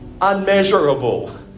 unmeasurable